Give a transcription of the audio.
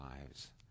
lives